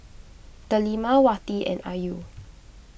Delima Wati and Ayu